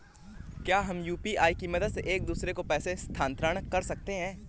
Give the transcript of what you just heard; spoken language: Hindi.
क्या हम यू.पी.आई की मदद से एक दूसरे को पैसे स्थानांतरण कर सकते हैं?